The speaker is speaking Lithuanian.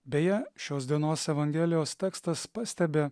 beje šios dienos evangelijos tekstas pastebi